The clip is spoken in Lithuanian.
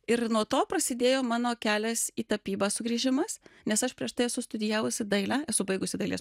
ir nuo to prasidėjo mano kelias į tapybą sugrįžimas nes aš prieš tai esu studijavusi dailę esu baigusi dailės